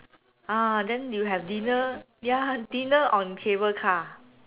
ah then you have dinner ya dinner on cable car